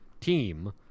team